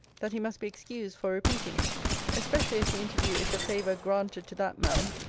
that he must be excused for repeating especially as the interview is a favour granted to that man,